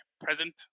present